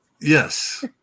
yes